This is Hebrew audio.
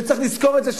וצריך לזכור את זה,